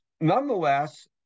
nonetheless